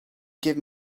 give